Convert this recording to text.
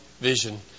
vision